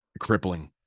crippling